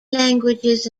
languages